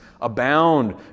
abound